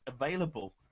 available